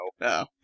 No